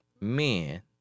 men